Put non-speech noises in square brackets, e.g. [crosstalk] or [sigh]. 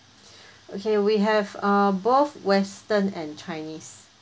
[breath] okay we have uh both western and chinese